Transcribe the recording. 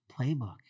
playbook